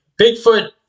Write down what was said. Bigfoot